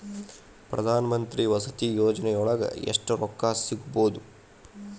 ಪ್ರಧಾನಮಂತ್ರಿ ವಸತಿ ಯೋಜನಿಯೊಳಗ ಎಷ್ಟು ರೊಕ್ಕ ಸಿಗಬೊದು?